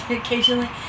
occasionally